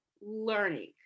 learning